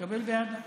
התקבל באהדה.